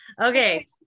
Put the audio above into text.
Okay